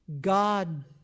God